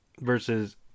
Versus